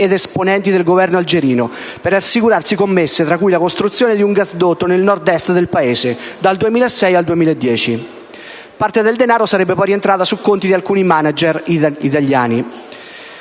esponenti del Governo algerino" per assicurarsi commesse (tra cui la costruzione di un gasdotto nel Nord Est del Paese) dal 2006 al 2010. Parte del denaro sarebbe poi rientrata sui conti di alcuni *manager* italiani